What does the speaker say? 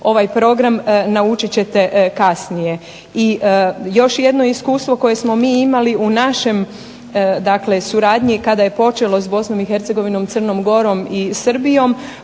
ovaj program naučit ćete kasnije. I još jedno iskustvo koje smo mi imali u našem dakle suradnji kada je počelo s Bosnom i Hercegovinom, Crnom Gorom i Srbijom